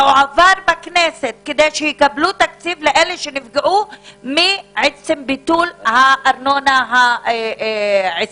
והועבר בכנסת כדי שיקבלו תקציב לאלה שנפגעו מביטול הארנונה העסקית.